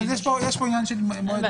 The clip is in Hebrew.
יש פה עניין של מועד --- עניין ניסוחי לחלוטין.